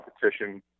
competition